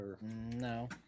No